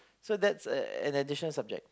so that's a an additional subject